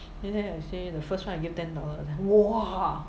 then then I say the first [one] I give ten dollars eh !wah!